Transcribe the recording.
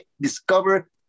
discover